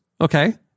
Okay